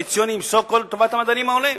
קואליציוניים לטובת המדענים העולים.